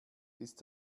ist